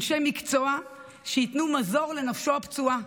אנשי מקצוע שייתנו מזור לנפשו הפצועה.